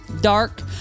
dark